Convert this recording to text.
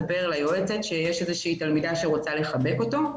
שיש תלמידה שרוצה לחבק אותו.